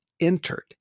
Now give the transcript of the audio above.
entered